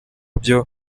byo